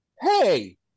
Hey